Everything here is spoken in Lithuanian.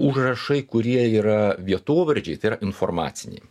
užrašai kurie yra vietovardžiai tai yra informaciniai